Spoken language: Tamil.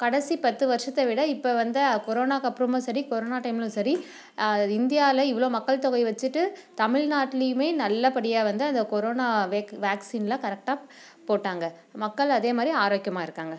கடைசி பத்து வருஷத்தை விட இப்போ வந்த கொரோனாக்கு அப்புறமும் சரி கொரோனா டைம்லையும் சரி இந்தியாவில் இவ்வளோ மக்கள் தொகை வச்சுட்டு தமிழ்நாட்டிலியுமே நல்லபடியா வந்து அந்த கொரோனா வேக் வேக்சின்லாம் கரெக்டாக போட்டாங்க மக்கள் அதே மாதிரி ஆரோக்கியமாக இருக்காங்க